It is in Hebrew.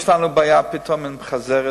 יש לנו פתאום בעיה עם חזרת,